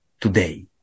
today